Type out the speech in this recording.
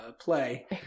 play